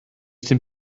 dim